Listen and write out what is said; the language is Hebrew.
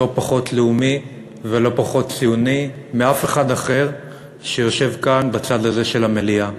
לא פחות לאומי ולא פחות ציוני מאף אחד אחר שיושב כאן בצד הזה של המליאה.